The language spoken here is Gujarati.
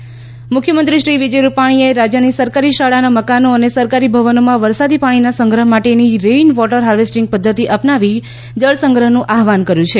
રેઇન વોટર હાર્વેસ્ટીંગ મુખ્યમંત્રી શ્રી વિજયભાઇ રૂપાણીએ રાજ્યની સરકારી શાળાના મકાનો સરકારી ભવનોમાં વરસાદી પાણીના સંગ્રહ માટેની રેઇન વોટર હાર્વેસ્ટીંગ પદ્ધતિ અપનાવી જળ સંગ્રહનું આહવાન કર્યુ છે